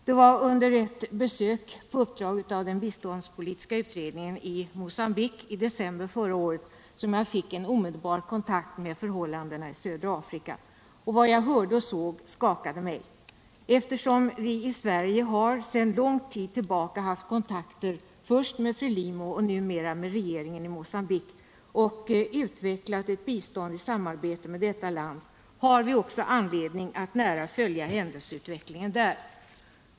Det var under ett besök på uppdrag av den biståndspolitiska utredningen i Mocambique förra året som jag fick omedelbar kontakt med förhållandena i södra Afrika. Och vad jag hörde och såg skakade mig. Eftersom vi i Sverige sedan lång tid tillbaka har haft kontakter först med Frelimo och numera med regeringen i Mogambique och utvecklat ett bistånd i samarbete med detta land, har vi också anledning att nära följa händelseutvecklingen där.